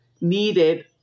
needed